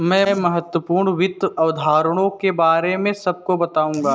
मैं महत्वपूर्ण वित्त अवधारणाओं के बारे में सबको बताऊंगा